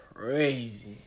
Crazy